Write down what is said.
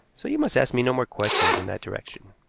so you must ask me no more questions in that direction.